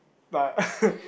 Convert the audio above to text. but